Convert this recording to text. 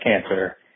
cancer